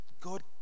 God